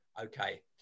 Okay